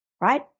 Right